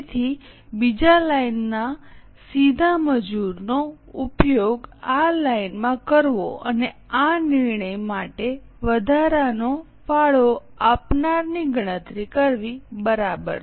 તેથી બીજા લાઈનમાં ના સીધા મજુર નો ઉપયોગ આ લાઇનમાં કરવો અને આ નિર્ણય માટે વધારાનો ફાળો આપનારની ગણતરી કરવી બરાબર છે